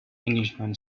englishman